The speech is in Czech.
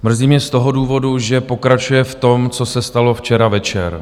Mrzí mě z toho důvodu, že pokračuje v tom, co se stalo včera večer.